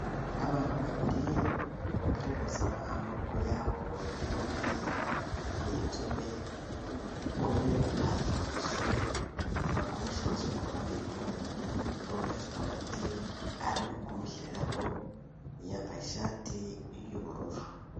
Abantu babiri bagaragaza amaboko yabo yombi, ni inzobe, umwe afite uburoso bakoresha basukura amenyo, undi afite umuti arimo kumushyiriraho yambaye ishati y'ubururu.